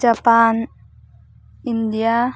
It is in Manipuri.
Japan India